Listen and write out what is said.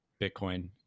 Bitcoin